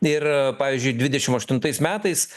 ir pavyzdžiui dvidešim aštuntais metais